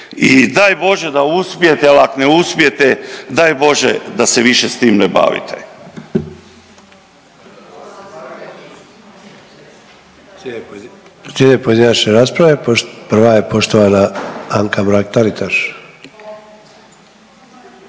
i daj Bože da uspijete jel ak ne uspijete daj Bože da se više s tim ne bavite.